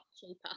cheaper